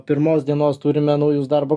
pirmos dienos turime naujus darbo